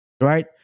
right